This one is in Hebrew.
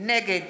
נגד